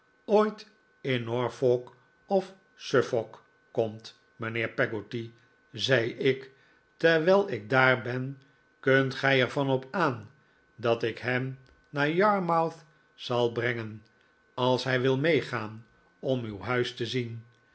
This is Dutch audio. ooit in norfolk of suffolk komt mijnheer peggotty zei ik terwijl ik daar ben kunt gij er van op aan dat ik hem naar yarmouth zal brengen als hij wil meegaan om uw huis te zien